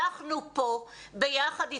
אנחנו פה ביחד אתכם,